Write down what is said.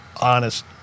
honest